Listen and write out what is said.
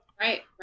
Right